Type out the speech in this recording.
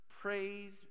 Praise